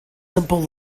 simple